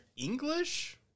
English